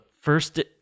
first